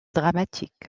dramatique